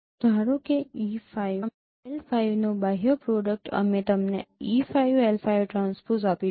ધારો કે E5 L5 નું બાહ્ય પ્રોડક્ટ અમે તમને E5L5 ટ્રાન્સપોઝ આપીશું